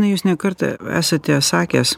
na jūs ne kartą esate sakęs